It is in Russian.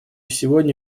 сегодня